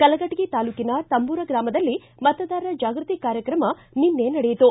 ಕಲಘಟಗಿ ತಾಲೂಕಿನ ತಂಬೂರ ಗ್ರಾಮದಲ್ಲಿ ಮತದಾರ ಜಾಗೃತಿ ಕಾರ್ಯಕ್ರಮ ನಿನ್ನೆ ನಡೆಯಿತು